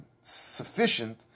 sufficient